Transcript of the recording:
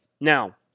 Now